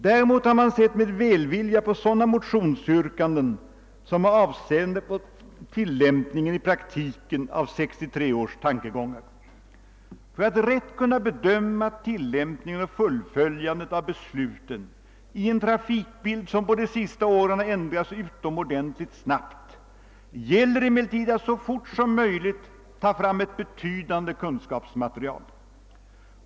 Däremot har man sett med välvilja på sådana motionsyrkanden som har avseende på den praktiska tillämpningen av 1963 års tankegångar. För att rätt kunna bedöma tilllämpningen och fullföljandet av besluten i en trafikbild, som under de senaste åren har ändrat sig utomordentligt snabbt, gäller det emellertid att så skyndsamt som möjligt få fram ett betydande kunskapsmaterial.